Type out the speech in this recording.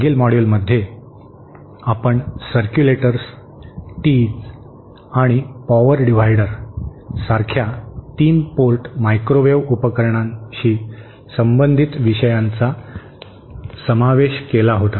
मागील मॉड्यूलमध्ये आपण सर्कयुलेटर्स टीज आणि power divider circulators Tees and power divider सारख्या 3 पोर्ट मायक्रोवेव्ह उपकरणांशी संबंधित विषयांचा समावेश केला होता